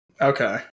Okay